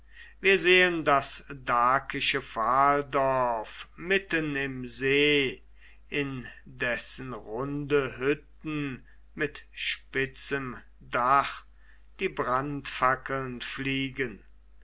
wir sehen das dakische pfahldorf mitten im see in dessen runde hütten mit spitzem dach die brandfackeln fliegen